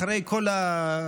אחרי כל הנאום,